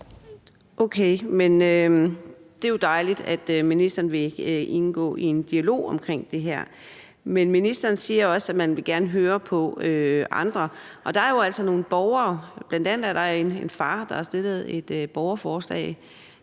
Okay, det er jo dejligt, at ministeren vil indgå i en dialog omkring det her. Men ministeren siger også, at man gerne vil høre på andre, og der er jo altså bl.a. en far, der har stillet et borgerforslag,